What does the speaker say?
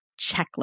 checklist